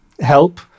help